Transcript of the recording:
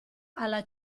alla